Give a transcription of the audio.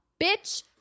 bitch